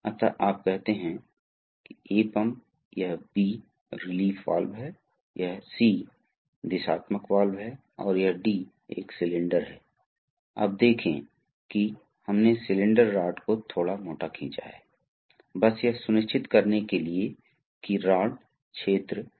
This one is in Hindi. अब इन दोनों के बीच में पंप और एक्चुएटर के बीच जो कि मोटर हो सकता है या जो सिलेंडर हो सकता है द्रव को पास करना पड़ता है और वहाँ इसे विभिन्न तरीकों से गुजरना पड़ता है दबाव नियंत्रित होना होता है